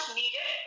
needed